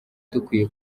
dukwiye